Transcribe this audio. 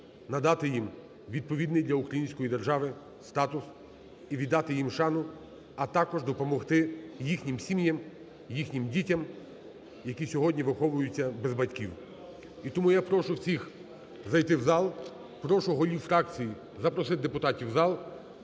надати їм відповідний для української держави статус і віддати їм шану, а також допомогти їхнім сім'ям, їхнім дітям, які сьогодні виховуються без батьків. І тому я прошу всіх зайти в зал, прошу голів фракцій запросити депутатів в зал.